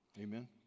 Amen